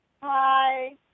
Hi